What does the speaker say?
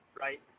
Right